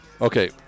Okay